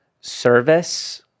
service